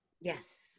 Yes